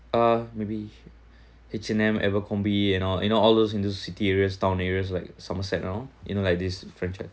uh maybe H&M Abercrombie and all you know all those in those city area town areas like somerset and all you know like this franchise